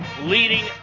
leading